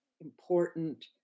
important